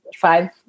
Five